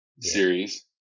series